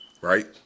right